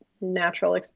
natural